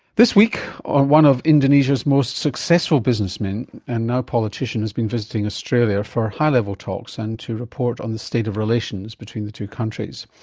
this week, one of indonesia's most successful businessmen and now politician has been visiting australia for high-level talks and to report on the state of relations between the two countries.